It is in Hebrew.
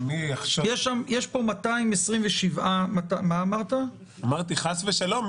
יש פה 227 --- חס ושלום,